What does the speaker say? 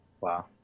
Wow